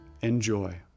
enjoy